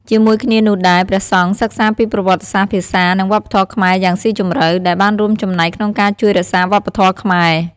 ជាមួយគ្នានោះដែរ ព្រះសង្ឃសិក្សាពីប្រវត្តិសាស្ត្រ ភាសា និងវប្បធម៌ខ្មែរយ៉ាងស៊ីជម្រៅ ដែលបានរួមចំណែកក្នុងការជួយរក្សាវប្បធម៌ខ្មែរ។